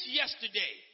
yesterday